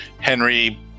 Henry